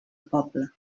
poble